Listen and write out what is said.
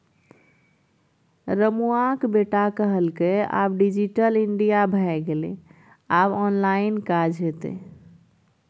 रमुआक बेटा कहलकै आब डिजिटल इंडिया भए गेलै आब ऑनलाइन काज हेतै